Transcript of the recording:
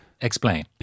Explain